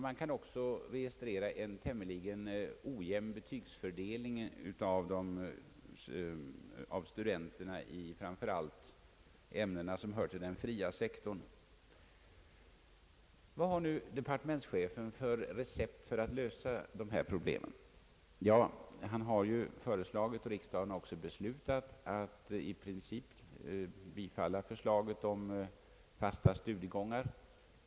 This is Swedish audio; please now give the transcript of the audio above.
Man kan även notera en tämligen ojämn betygsfördelning hos studenterna, framför allt i ämnen som hör till den fria sektorn. Han har föreslagit och riksdagen har också beslutat att i princip bifalla förslaget om fasta studiegångar.